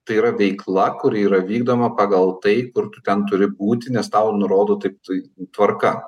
tai yra veikla kuri yra vykdoma pagal tai kur tu ten turi būti nes tau nurodo tiktai tvarka